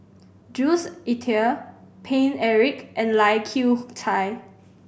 Jules Itier Paine Eric and Lai Kew Chai